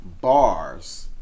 bars